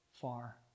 far